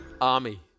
army